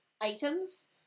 items